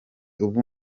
ubu